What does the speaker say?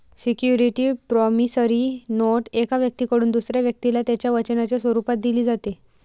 security promissory note एका व्यक्तीकडून दुसऱ्या व्यक्तीला त्याच्या वचनाच्या स्वरूपात दिली जाते